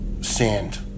sand